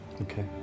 Okay